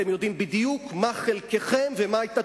אתם יודעים בדיוק מה חלקכם ומה היתה